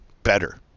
better